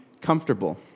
comfortable